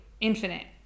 Infinite